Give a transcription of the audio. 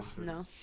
No